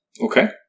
Okay